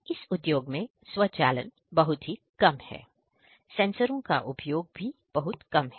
इस उद्योग में स्वचालन बहुत ही कम है सेंसरओं का उपयोग भी बहुत कम है